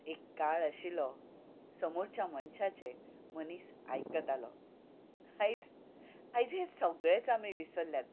एक काळ आशिल्लो समोरच्या मनशाचें मनीस आयकतालो आयज आयज हें सगलेंच आमी विसरल्यात